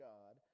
God